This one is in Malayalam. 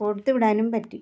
കൊടുത്തു വിടാനും പറ്റി